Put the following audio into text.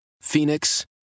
Phoenix